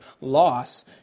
loss